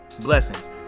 blessings